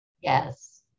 Yes